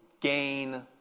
gain